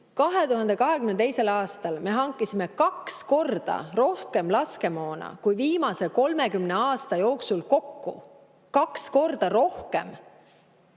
2022. aastal me hankisime kaks korda rohkem laskemoona kui viimase 30 aasta jooksul kokku. Kaks korda rohkem